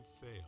fail